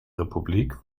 republik